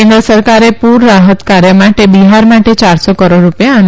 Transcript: કેન્દ્ર સરકારે પુર રાહત કાર્ય માટે બિહાર માટે ચારસો કરોડ રૂપિયા અને